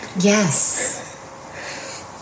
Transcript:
Yes